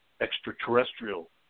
extraterrestrial